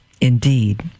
indeed